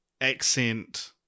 accent